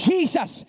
Jesus